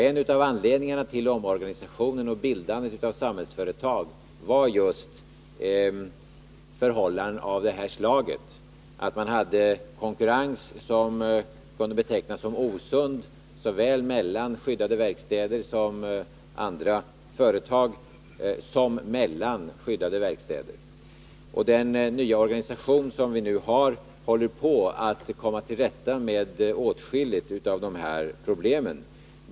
En av anledningarna till omorganisationen och bildandet av Samhällsföretag var just förhållanden av det här slaget: en konkurrens som kunde betecknas som osund, såväl mellan andra företag och skyddade verkstäder som mellan olika skyddade verkstäder. Den nya organisation som vi nu har håller på att komma till rätta med åtskilliga av dessa problem.